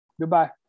Goodbye